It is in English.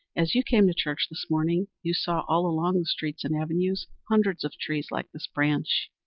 as you came to church this morning you saw all along the streets and avenues hundreds of trees like this branch,